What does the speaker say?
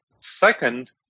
Second